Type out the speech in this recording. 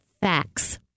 Facts